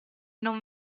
non